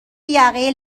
یقه